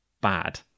bad